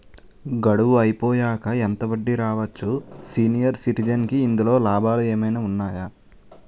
గడువు అయిపోయాక ఎంత వడ్డీ రావచ్చు? సీనియర్ సిటిజెన్ కి ఇందులో లాభాలు ఏమైనా ఉన్నాయా?